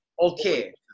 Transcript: Okay